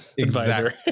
advisor